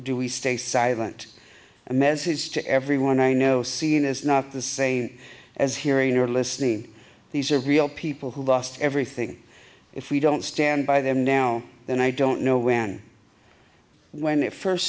do we stay silent a message to everyone i know seeing is not the same as hearing or listening these are real people who lost everything if we don't stand by them now then i don't know when when it first